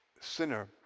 sinner